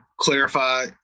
clarify